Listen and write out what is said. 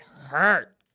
hurt